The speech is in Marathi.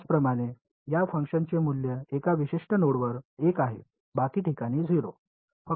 त्याचप्रमाणे या फंक्शनचे मूल्य एका विशिष्ट नोडवर 1 आहे बाकी ठिकाणी 0